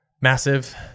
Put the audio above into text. massive